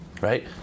Right